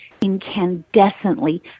incandescently